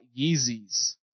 Yeezys